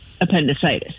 appendicitis